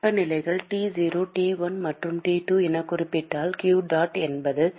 வெப்பநிலைகள் T0 T1 மற்றும் T2 என குறிப்பிடப்பட்டால் qdot a என்பது 1